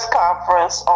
conference